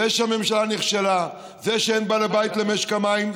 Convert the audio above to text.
זה שהממשלה נכשלה זה שאין בעל בית למשק המים,